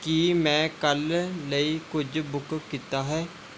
ਕੀ ਮੈਂ ਕੱਲ੍ਹ ਲਈ ਕੁਝ ਬੁੱਕ ਕੀਤਾ ਹੈ